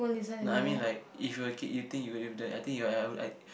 no I mean like if you were a kid you think you would have died I think you're I